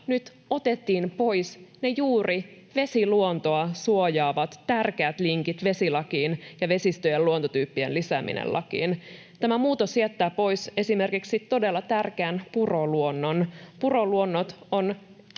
otettiin pois juuri ne vesiluontoa suojaavat tärkeät linkit vesilakiin ja vesistöjen luontotyyppien lisääminen lakiin. Tämä muutos jättää pois esimerkiksi todella tärkeän puroluonnon.